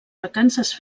vacances